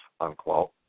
unquote